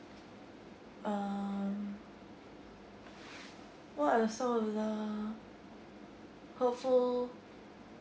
um what are some of the hurtful